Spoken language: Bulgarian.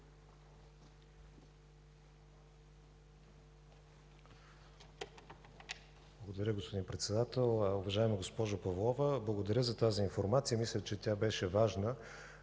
Благодаря, господин Председател. Уважаема госпожо Павлова, благодаря за тази информация. Мисля, че тя беше важна.